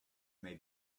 may